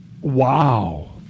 Wow